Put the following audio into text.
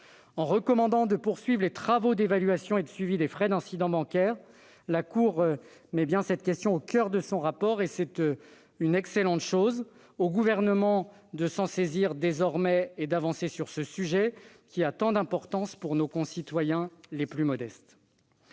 En recommandant de poursuivre les travaux d'évaluation et de suivi des frais d'incidents bancaires, la Cour des comptes met bien cette question au coeur de son rapport- c'est une excellente chose ! Il revient au Gouvernement de s'en saisir et d'avancer sur ce sujet, qui a tant d'importance pour nos concitoyens les plus modestes.